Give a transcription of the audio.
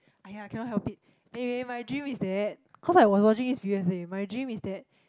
!aiya! cannot help it anyway my dream is that cause I was watching this previous day my dream is that